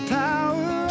power